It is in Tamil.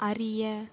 அறிய